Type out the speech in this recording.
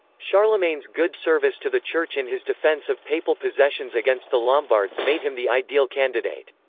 charlemagne's good service to the church in his defense of papal possessions against the lombards made him the ideal candidate.